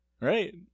Right